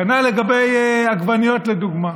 כנ"ל לגבי עגבניות, לדוגמה.